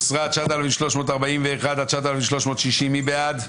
8,841 עד 8,860, מי בעד?